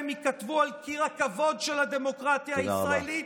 ייכתבו על קיר הכבוד של הדמוקרטיה הישראלית,